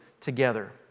together